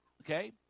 Okay